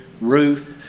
Ruth